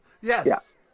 Yes